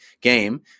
game